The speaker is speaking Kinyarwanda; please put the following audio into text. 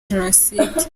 jenoside